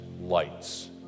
lights